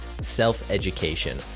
self-education